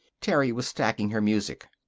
terry was stacking her music.